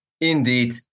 Indeed